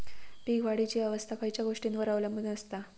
पीक वाढीची अवस्था खयच्या गोष्टींवर अवलंबून असता?